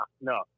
no